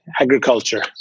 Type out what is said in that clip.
agriculture